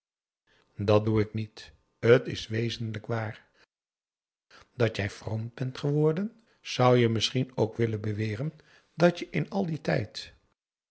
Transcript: dat doe ik niet het is wezenlijk waar dat jij vroom bent geworden zou je misschien ook willen beweren dat je in al dien tijd